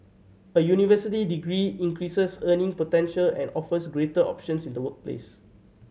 a university degree increases earning potential and offers greater options in the workplace